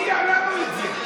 הציע לנו את זה,